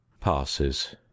passes